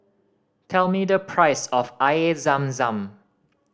tell me the price of Air Zam Zam